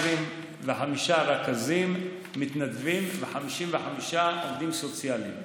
125 רכזים מתנדבים ו-55 עובדים סוציאליים.